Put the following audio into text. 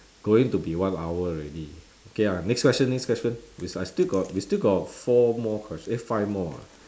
going to be one hour already okay ah next question next question which I still got we still got four more questions eh five more ah